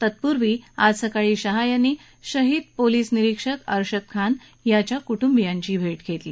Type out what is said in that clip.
तत्पूर्वी आज सकाळी शहा यांनी शहीद पोलिस निरीक्षक अर्षद खान यांच्या क्ट्ंबियांची भेट घेतली